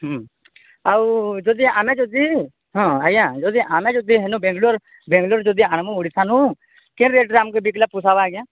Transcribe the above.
ଆଉ ଯଦି ଆମେ ଯଦି ହଁ ଆଜ୍ଞା ଯଦି ଆମେ ଯଦି ହେନୁ ବେଙ୍ଗଲୋର ବେଙ୍ଗଲୋର ଯଦି ଆଣମୁ ଓଡ଼ିଶାାନୁ କେନ୍ ରେଟରେ ଆମକେ ବିକଲେ ପୋଷାବା ଆଜ୍ଞା